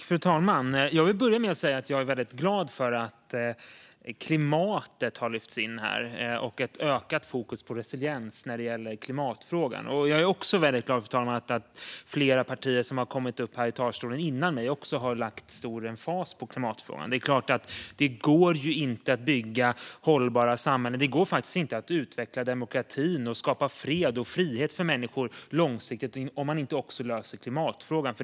Fru talman! Jag vill börja med att säga att jag är glad för att klimatet har lyfts in i betänkandet och att det därmed har blivit ett ökat fokus på resiliens i klimatfrågan. Jag är också glad, fru talman, för att flera partier som har varit uppe i talarstolen före mig också har lagt stor emfas på klimatfrågan. Det går inte att bygga hållbara samhällen eller att utveckla demokratin, skapa långsiktig fred och frihet för människor, om man inte också löser klimatfrågan.